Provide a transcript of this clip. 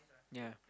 yea